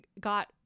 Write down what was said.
got